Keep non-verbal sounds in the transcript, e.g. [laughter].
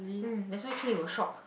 [unintelligible]